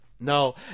no